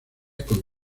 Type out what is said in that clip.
con